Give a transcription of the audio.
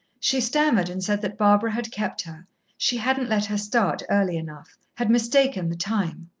she stammered and said that barbara had kept her she hadn't let her start early enough had mistaken the time.